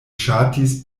ŝatis